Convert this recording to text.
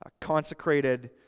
consecrated